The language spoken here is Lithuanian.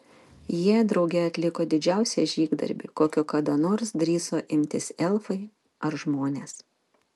jie drauge atliko didžiausią žygdarbį kokio kada nors drįso imtis elfai ar žmonės